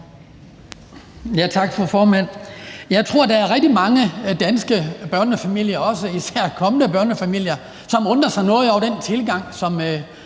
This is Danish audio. Jeg tror, der er rigtig mange danske børnefamilier, især også kommende børnefamilier, som undrer sig noget over den tilgang,